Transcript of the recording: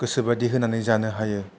गोसो बादि होनानै जानो हायो